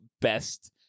best